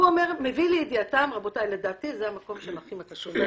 הוא מביא לידיעת הגופים שזה המקום שכדאי להם להגיש בקשה.